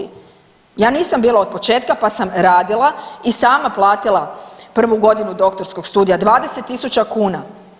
Ja nisam bila od početka pa sam radila i sama platila prvu godinu doktorskog studija, 20.000 kuna.